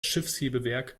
schiffshebewerk